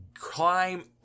climb